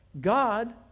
God